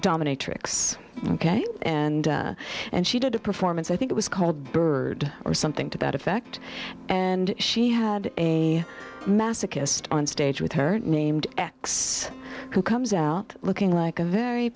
dominatrix ok and and she did a performance i think it was called bird or something to that effect and she had a masochist on stage with her named axe who comes out looking like a very